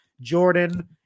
Jordan